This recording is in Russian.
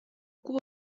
куба